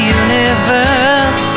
universe